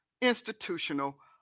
institutional